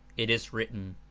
it is written